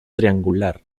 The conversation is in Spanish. triangular